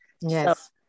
Yes